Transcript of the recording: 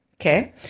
Okay